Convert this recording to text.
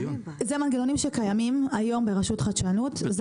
זה מנגנונים שקיימים היום ברשות חדשנות,